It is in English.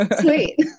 Sweet